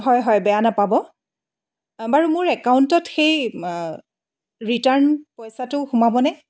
হয় হয় বেয়া নাপাব বাৰু মোৰ একাউণ্টত সেই ৰিটাৰ্ণ পইচাটো সোমাবনে